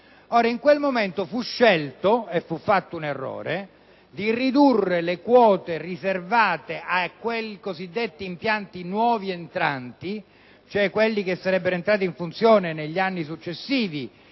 In quel momento fu scelto - e fu fatto un errore - di ridurre le quote riservate ai cosiddetti impianti nuovi entranti, cioè quelli che sarebbero entrati in funzione negli anni successivi